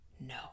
No